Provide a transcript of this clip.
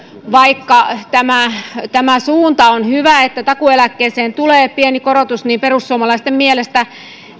vaikka tämä tämä suunta on hyvä että takuueläkkeeseen tulee pieni korotus niin perussuomalaisten mielestä